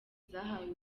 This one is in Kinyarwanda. zahawe